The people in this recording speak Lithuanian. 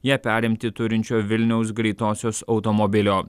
ją perimti turinčio vilniaus greitosios automobilio